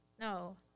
No